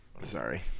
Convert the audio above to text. Sorry